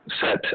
set